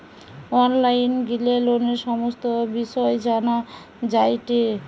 online গিলে লোনের সমস্ত বিষয় জানা যায়টে